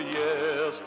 yes